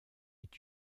est